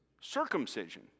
circumcision